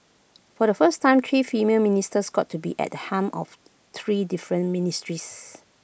for the first time three female ministers got to be at the helm of three different ministries